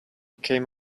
came